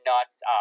nuts